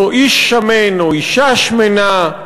זהו איש שמן, או אישה שמנה,